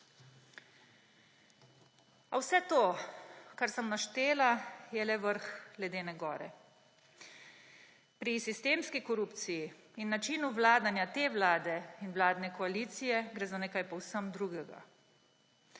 A vse to, kar sem naštela, je le vrh ledene gore. Pri sistemski korupciji in načinu vladanja te vlade in vladne koalicije, gre za nekaj povsem drugega.